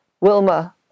Wilma